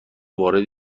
وارد